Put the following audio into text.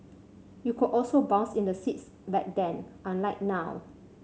you could also bounce in the seats back then unlike now